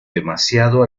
demasiado